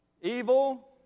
Evil